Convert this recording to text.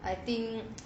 I think